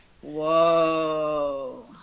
Whoa